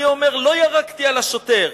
"אני אומר: לא ירקתי על השוטר.